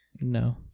No